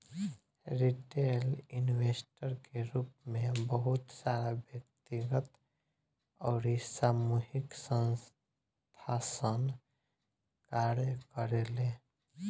retail investor के रूप में बहुत सारा व्यक्तिगत अउरी सामूहिक संस्थासन कार्य करेले